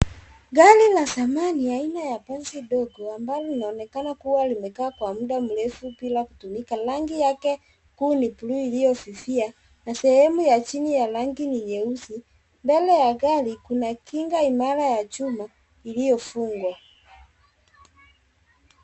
Gari la zamani aina ya basi ndogo ambalo linaonekana kua limekaa kwa muda mrefu bila kutumika. Rangi yake kuu ni blue iliyofifia, na sehemu ya chini ya rangi ni nyeusi. Mbele ya gari kuna kinga imara ya chuma, iliyofungwa.